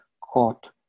caught